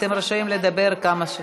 אתם רשאים לדבר כמה,